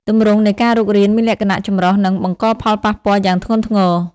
ទម្រង់នៃការរុករានមានលក្ខណៈចម្រុះ និងបង្កផលប៉ះពាល់យ៉ាងធ្ងន់ធ្ងរ។